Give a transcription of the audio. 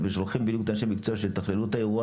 ושולחים את אנשי המקצוע שיתכללו את האירוע